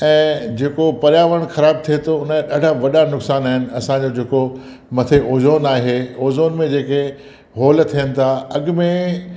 ऐं जेको पर्यावरण ख़राब थिए थो उन जा ॾाढा वॾा नुक़सान आहिनि असांजो जेको मथे ओजॉन आहे ओज़ॉन में जेके होल थियनि था अॻ में